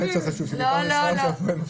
מה יותר חשוב, שבית"ר מנצחת או שהפועל מפסידה?